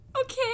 Okay